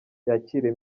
yakire